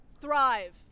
thrive